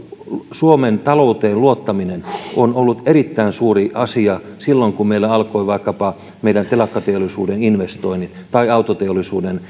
suomen talouteen luottaminen on ollut erittäin suuri asia silloin kun meillä alkoivat vaikkapa meidän telakkateollisuuden investoinnit tai autoteollisuuden